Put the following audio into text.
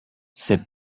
ces